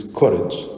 courage